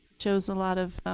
shows a lot of